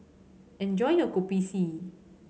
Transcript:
enjoy your Kopi C